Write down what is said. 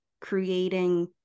creating